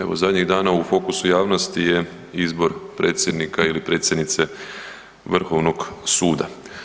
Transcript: Evo zadnjih dana u fokusu javnosti je izbor predsjednika ili predsjednice Vrhovnog suda.